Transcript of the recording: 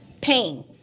pain